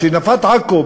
שנפת עכו,